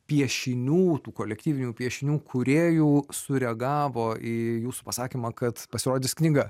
piešinių tų kolektyvinių piešinių kūrėjų sureagavo į jūsų pasakymą kad pasirodys knyga